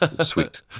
Sweet